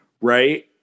right